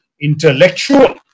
intellectual